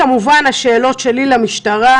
כמובן השאלות שלי ושל חברי הכנסת למשטרה,